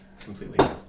completely